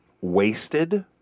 wasted